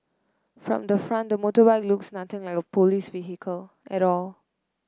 from the front the motorbike looks nothing like a police vehicle at all